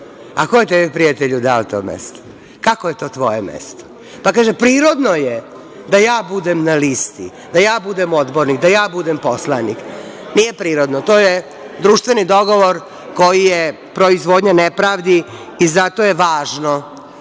A ko je tebi, prijatelju, dao to mesto? Kako je to tvoje mesto? Kaže - prirodno je da ja budem na listi, da ja budem odbornik, da ja budem poslanik. Nije prirodno, to je društveni dogovor koji je proizvodnja nepravdi. Zato je važno